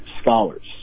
scholars